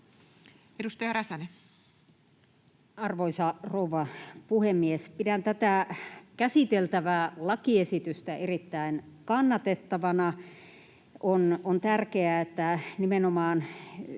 13:15 Content: Arvoisa rouva puhemies! Pidän tätä käsiteltävää lakiesitystä erittäin kannatettavana. On tärkeää, että nimenomaan